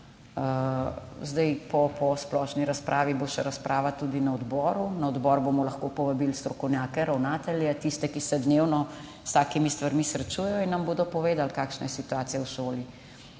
Po splošni razpravi bo še razprava tudi na odboru. Na odbor bomo lahko povabili strokovnjake, ravnatelje, tiste, ki se dnevno s takimi stvarmi srečujejo, in nam bodo povedali, kakšna je situacija v šoli.